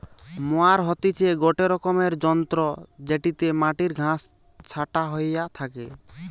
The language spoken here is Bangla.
মোয়ার হতিছে গটে রকমের যন্ত্র জেটিতে মাটির ঘাস ছাটা হইয়া থাকে